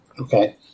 Okay